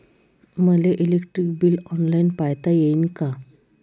मले electric bill online पायता येईन का?